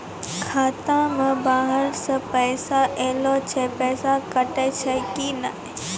खाता मे बाहर से पैसा ऐलो से पैसा कटै छै कि नै?